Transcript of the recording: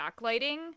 backlighting